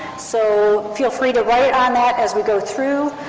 so, feel free to write on that as we go through.